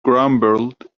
grumbled